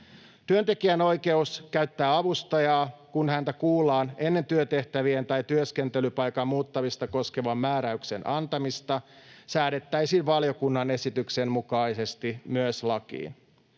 Työntekijän oikeus käyttää avustajaa, kun häntä kuullaan ennen työtehtävien ja työskentelypaikan muuttamista koskevan määräyksen antamista, säädettäisiin valiokunnan esityksen mukaisesti myös lakiin.